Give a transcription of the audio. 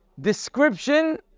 description